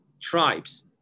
tribes